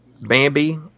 Bambi